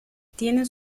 tienen